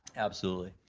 absolutely.